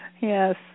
Yes